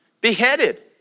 beheaded